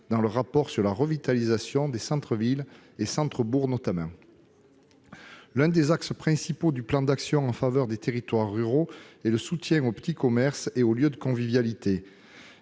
dans le rapport sénatorial sur la revitalisation des centres-villes et centres-bourgs. L'un des axes principaux du plan d'action en faveur des territoires ruraux est le soutien aux petits commerces et aux lieux de convivialité.